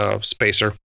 spacer